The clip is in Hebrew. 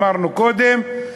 אמרנו קודם,